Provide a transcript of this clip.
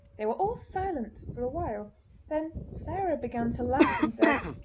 they were all silent for a while then sarah began to laugh and said